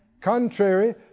Contrary